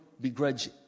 begrudge